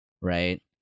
right